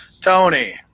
Tony